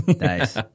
Nice